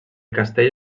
castell